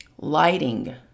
lighting